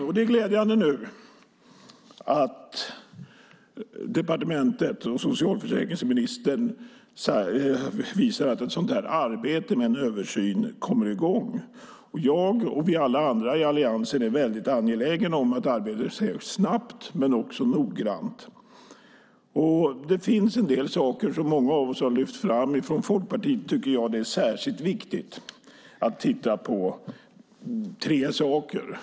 Det är nu glädjande att departementet och socialförsäkringsministern visar att ett sådant arbete med en översyn kommer i gång. Jag och vi alla i Alliansen är mycket angelägna om att arbetet sker snabbt men också noggrant. Det finns en del saker som många av oss har lyft fram. Från Folkpartiet tycker jag att det är särskilt viktigt att man tittar på tre saker.